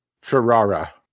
ferrara